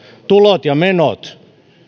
tulot ja menot